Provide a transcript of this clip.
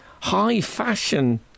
high-fashion